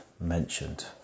mentioned